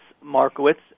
Markowitz